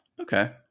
Okay